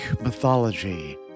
Mythology